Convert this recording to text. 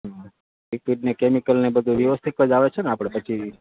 liquid ને chemical ને એ બધું વ્યવસ્થિત જ આવે છે ને આપણે પછી